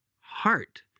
heart